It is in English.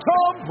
Tom